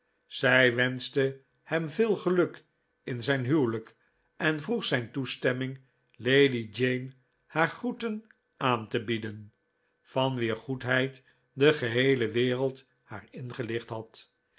zij wenschte hem veel geluk in zijn huwelijk en vroeg zijn toestemming lady jane haar groeten aan te bieden van wier goedheid de geheele wereld haar ingelicht had